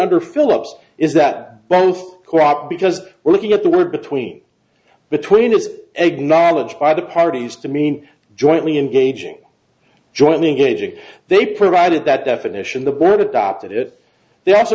under philips is that both co op because we're looking at the word between between us eg knowledge by the parties to mean jointly engaging jointly gaging they provided that definition the board adopted it they also